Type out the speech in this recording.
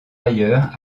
ailleurs